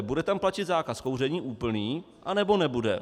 Bude tam platit zákaz kouření úplný, anebo nebude?